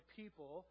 people